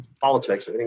politics